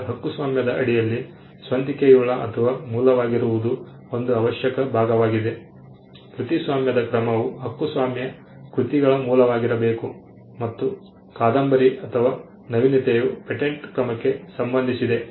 ಈಗ ಹಕ್ಕುಸ್ವಾಮ್ಯದ ಅಡಿಯಲ್ಲಿ ಸ್ವಂತಿಕೆಯುಳ್ಳ ಅಥವಾ ಮೂಲವಾಗಿರುವುದು ಒಂದು ಅವಶ್ಯಕ ಭಾಗವಾಗಿದೆ ಕೃತಿಸ್ವಾಮ್ಯದ ಕ್ರಮವು ಹಕ್ಕುಸ್ವಾಮ್ಯ ಕೃತಿಗಳ ಮೂಲವಾಗಿರಬೇಕು ಮತ್ತು ಕಾದಂಬರಿ ಅಥವಾ ನವೀನತೆಯು ಪೇಟೆಂಟ್ ಕ್ರಮಕ್ಕೆ ಸಂಬಂಧಿಸಿದೆ